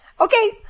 okay